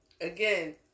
Again